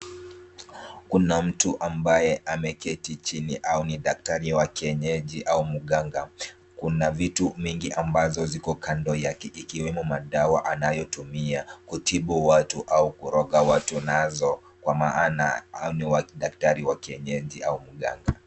Kuna mtu ambaye ameketi chini au ni daktari wa kienyeji au mganga. Kuna vitu mingi ambazo ziko kando yake, ikiwemo madawa anayotumia kutibu watu au kuroga watu nazo kwa maana hao ni daktari wa kienyeji au mganga.